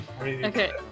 Okay